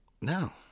no